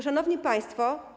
Szanowni Państwo!